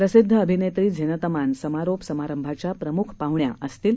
प्रसिद्धअभिनेत्रीझीनतअमानसमारोपसमारंभाच्याप्रमुखपाहुण्याअसतील